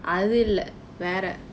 அது இல்லை வேற:athu illai veera